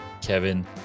kevin